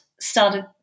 started